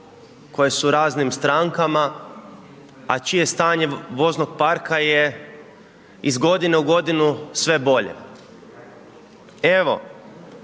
koje su u raznim strankama, a čije stanje voznog parka je iz godine u godinu sve bolje. Evo,